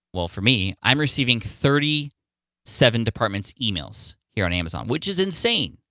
well for me, i'm receiving thirty seven departments' emails here on amazon, which is insane.